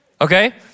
Okay